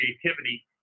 creativity